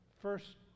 first